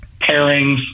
pairings